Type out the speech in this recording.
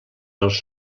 als